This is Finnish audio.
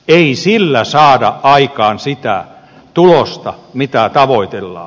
ei sillä saada aikaan sitä tulosta mitä tavoitellaan